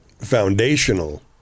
foundational